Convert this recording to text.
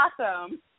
awesome